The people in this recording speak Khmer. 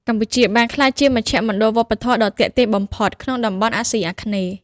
កម្ពុជាបានក្លាយជាមជ្ឈមណ្ឌលវប្បធម៌ដ៏ទាក់ទាញបំផុតក្នុងតំបន់អាស៊ីអាគ្នេយ៍។